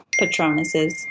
Patronuses